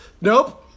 Nope